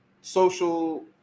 social